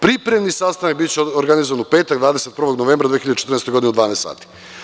Pripremni sastanak biće organizovan u petak 21. novembra 2014. godine u 12,00 sati.